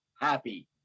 happy